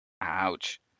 Ouch